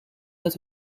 het